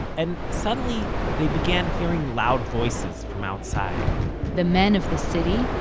and suddenly they began hearing loud voices from outside the men of the city,